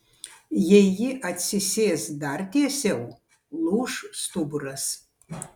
jei ji atsisės dar tiesiau lūš stuburas